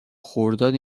خرداد